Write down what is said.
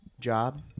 job